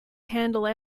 handle